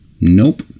Nope